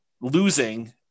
losing